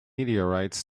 meteorites